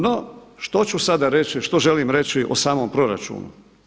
No, što ću sada reći, što želim reći o samom proračunu?